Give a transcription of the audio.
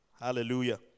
Hallelujah